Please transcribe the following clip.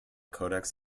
codex